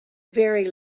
very